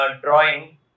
drawing